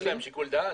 יש להם שיקול דעת?